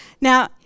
Now